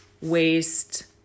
waste